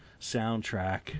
soundtrack